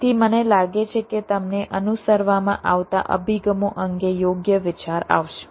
તેથી મને લાગે છે કે તમને અનુસરવામાં આવતા અભિગમો અંગે યોગ્ય વિચાર આવશે